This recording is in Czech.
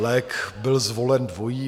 Lék byl zvolen dvojí.